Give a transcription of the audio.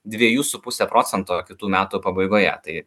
dviejų su puse procento kitų metų pabaigoje tai